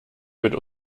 mit